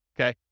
okay